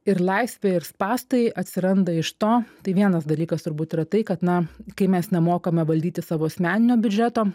ir laisvė ir spąstai atsiranda iš to tai vienas dalykas turbūt yra tai kad na kai mes nemokame valdyti savo asmeninio biudžeto